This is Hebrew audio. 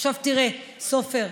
תראה, סופר,